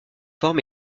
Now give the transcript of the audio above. forme